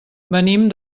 venim